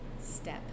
step